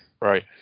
right